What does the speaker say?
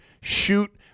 shoot